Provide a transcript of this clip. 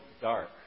dark